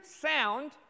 sound